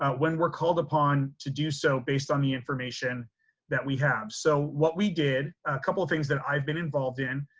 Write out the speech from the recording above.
ah when we're called upon to do so based on the information that we have. so what we did, a couple of things that i've been involved in,